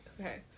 Okay